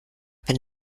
wenn